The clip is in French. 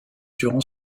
durant